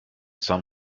sun